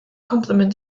complement